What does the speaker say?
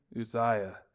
Uzziah